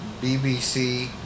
BBC